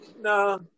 No